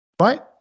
Right